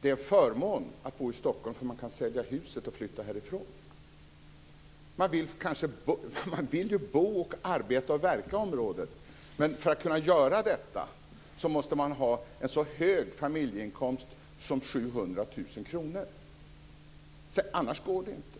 det är en förmån att bo i Stockholm därför att man kan sälja huset och flytta härifrån? Man vill ju bo, arbeta och verka i området, men för att kunna göra detta måste man ha en så hög familjeinkomst som 700 000 kr - annars går det inte.